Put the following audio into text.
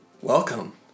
Welcome